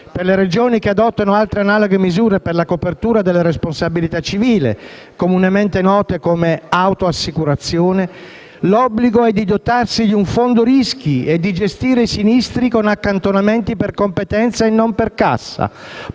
Per le Regioni che adottano altre analoghe misure per la copertura della responsabilità civile, comunemente note come auto-assicurazione, l'obbligo è di dotarsi di un fondo rischi e di gestire i sinistri con accantonamenti per competenza e non per cassa,